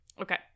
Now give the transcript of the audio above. Okay